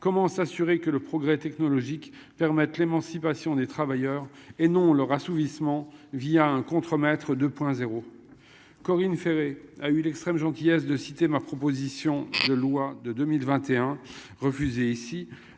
Comment s'assurer que le progrès technologiques permettent l'émancipation des travailleurs et non leur assouvissement via un contremaître 2.0. Corinne Féret a eu l'extrême gentillesse de citer ma proposition de loi de 2021. Refuser ici